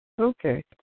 Okay